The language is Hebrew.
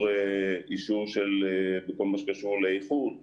אישור איכות